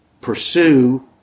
pursue